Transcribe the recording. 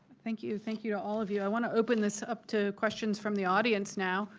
thank you. thank you to all of you. i want to open this up to questions from the audience now.